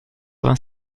vingt